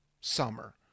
summer